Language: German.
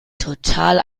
total